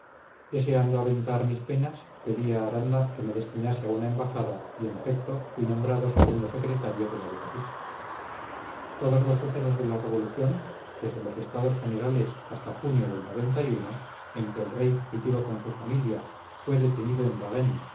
deseando aventar mis penas pedí a aranda que me destinase a una embajada y en efecto fui nombrado segundo secretario de la de parís todos los sucesos de la revolución desde los estados generales hasta junio del en que el rey fugitivo con su familia fue detenido en